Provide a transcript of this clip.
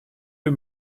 you